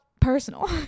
personal